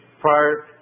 prior